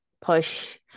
push